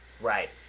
Right